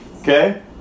Okay